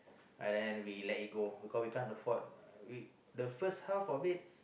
but then we let it go cause we can't afford uh the first half of it